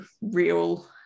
real